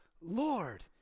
Lord